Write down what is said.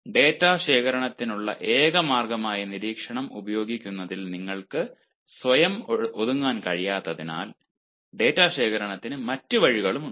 data ശേഖരണത്തിനുള്ള ഏക മാർഗ്ഗമായി നിരീക്ഷണം ഉപയോഗിക്കുന്നതിൽ നിങ്ങൾക്ക് സ്വയം ഒതുങ്ങാൻ കഴിയാത്തതിനാൽ ഡാറ്റ ശേഖരണത്തിന് മറ്റ് വഴികളും ഉണ്ട്